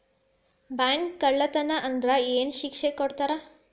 Bank ಕಳ್ಳತನಾ ಆದ್ರ ಏನ್ ಶಿಕ್ಷೆ ಕೊಡ್ತಾರ?